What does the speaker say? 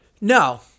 No